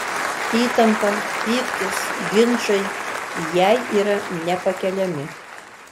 įtampa pyktis ginčai jai yra nepakeliami